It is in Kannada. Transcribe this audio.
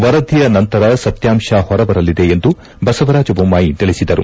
ವರದಿಯ ನಂತರ ಸತ್ಲಾಂಶ ಹೊರಬರಲಿದೆ ಎಂದು ಬಸವರಾಜ ಬೊಮ್ಬಾಯಿ ತಿಳಿಸಿದರು